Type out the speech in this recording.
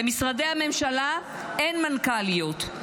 במשרדי הממשלה אין מנכ"ליות,